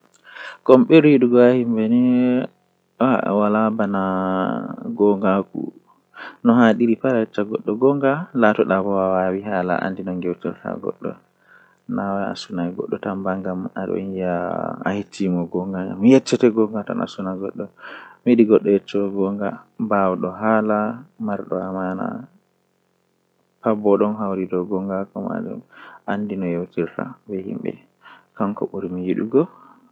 Midon fina haa doidi njamdi jweedidi be reeta kala nde weeti fuu tomi fini mi hasitan njamdi sappo tomi hasiti njamdi sappo mi taska mi dilla kuugal njamdi sappo e go'o eh milora mi nyama nyamdu nange njamdi didi eh nden mi umma njamdi joye haa babal kuugal mi warta saare.